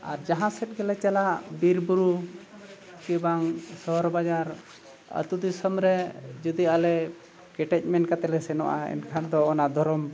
ᱟᱨ ᱡᱟᱦᱟᱸ ᱥᱮᱫ ᱜᱮᱞᱮ ᱪᱟᱞᱟᱜ ᱵᱤᱨ ᱵᱩᱨᱩ ᱠᱤ ᱵᱟᱝ ᱥᱚᱦᱚᱨ ᱵᱟᱡᱟᱨ ᱟᱛᱳ ᱫᱤᱥᱚᱢ ᱨᱮ ᱡᱩᱫᱤ ᱟᱞᱮ ᱠᱮᱴᱮᱡ ᱢᱮᱱ ᱠᱟᱛᱮᱞᱮ ᱥᱮᱱᱚᱜᱼᱟ ᱮᱱᱠᱷᱟᱱ ᱫᱚ ᱚᱱᱟ ᱫᱷᱚᱨᱚᱢ